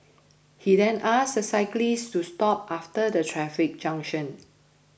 he then asked the cyclist to stop after the traffic junction